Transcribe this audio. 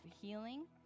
healing